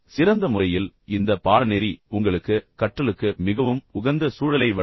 சிறந்த முறையில் இந்த பாடநெறி உங்களுக்கு கற்றலுக்கு மிகவும் உகந்த சூழலை வழங்கும்